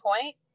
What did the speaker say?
point